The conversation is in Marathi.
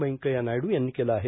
व्यंकय्या नायडू यांनी केलं आहे